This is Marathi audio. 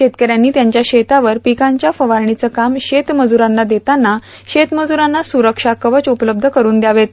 शेतकऱ्यांनी त्यांच्या शेतावरच्या पिकांच्या फवारणीचं काम शेत मजूरांना देताना शेतमजूरांना सुरक्षाकवच उपलब्ध करुन द्यावेत